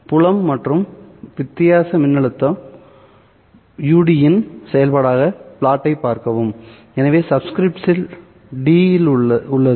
புலம் மற்றும் வித்தியாச மின்னழுத்த ud இன் செயல்பாடாக பிளாட்டை பார்க்கவும் எனவே சப்ஸ்கிரிப்ட்ல் d உள்ளது